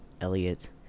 Elliot